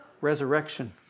resurrection